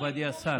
מכובדי השר,